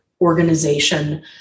organization